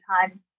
time